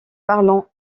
parlant